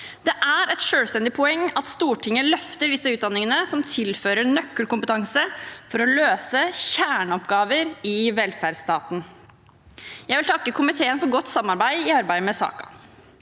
Det er et selvstendig poeng at Stortinget løfter de utdanningene som tilfører nøkkelkompetanse for å løse kjerneoppgaver i velferdsstaten. Jeg vil takke komiteen for godt samarbeid i arbeidet med saken.